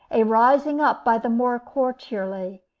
a rising-up by the more courtierly,